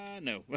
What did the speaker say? no